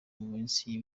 munsi